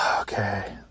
Okay